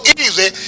easy